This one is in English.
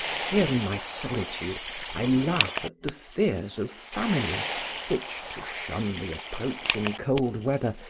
here in my solitude i laugh at the fears of families which, to shun the approaching cold weather,